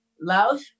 love